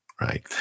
right